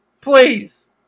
please